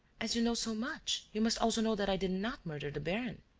as you know so much, you must also know that i did not murder the baron.